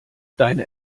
deine